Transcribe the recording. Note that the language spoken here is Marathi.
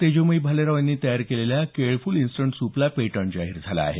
तेजोमयी भालेराव यांनी तयार केलेल्या केळफ्ल इन्स्टंट सूपला पेटंट जाहीर झालं आहे